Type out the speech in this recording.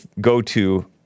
go-to